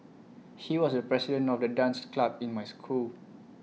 he was the president of the dance club in my school